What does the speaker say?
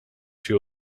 she